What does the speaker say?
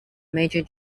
major